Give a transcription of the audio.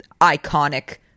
iconic